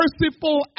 merciful